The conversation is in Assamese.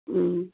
ও